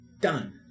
done